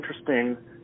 interesting